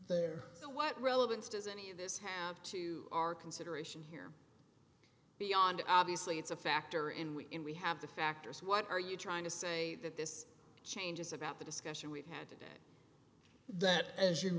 what relevance does any of this have to our consideration here beyond obviously it's a factor in we in we have the factors what are you trying to say that this change is about the discussion we've had today that as you